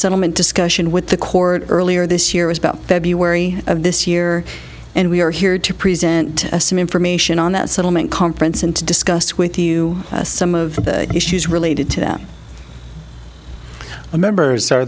settlement discussion with the court earlier this year is about february of this year and we are here to present some information on that settlement conference and to discuss with you some of the issues related to that the members are